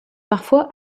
parfois